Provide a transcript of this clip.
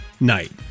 night